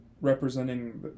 representing